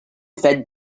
fed